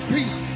Peace